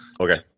okay